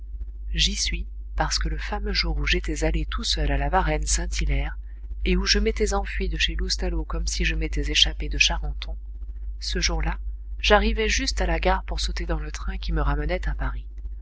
j'y suis parce que le fameux jour où j'étais allé tout seul à la varenne saint hilaire et où je m'étais enfui de chez loustalot comme si je m'étais échappé de charenton ce jour-là j'arrivai juste à la gare pour sauter dans le train qui me ramenait à paris